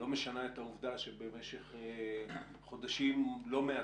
לא משנה את העובדה שבמשך חודשים לא מעטים,